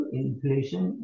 inflation